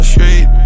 Street